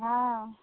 हँ